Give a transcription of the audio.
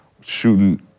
shooting